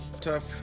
tough